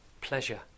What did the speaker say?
pleasure